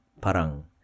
parang